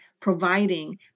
providing